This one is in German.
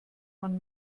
man